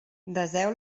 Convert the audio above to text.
deseu